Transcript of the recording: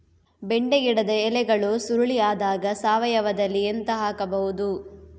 ಬೆಂಡೆ ಗಿಡದ ಎಲೆಗಳು ಸುರುಳಿ ಆದಾಗ ಸಾವಯವದಲ್ಲಿ ಎಂತ ಹಾಕಬಹುದು?